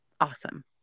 Awesome